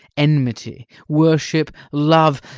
enmity, worship, love,